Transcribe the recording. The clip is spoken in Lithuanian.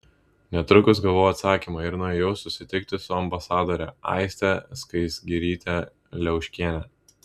netrukus gavau atsakymą ir nuėjau susitikti su ambasadore aiste skaisgiryte liauškiene